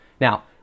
Now